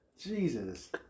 Jesus